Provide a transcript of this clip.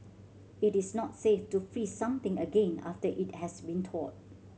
it is not safe to freeze something again after it has been thawed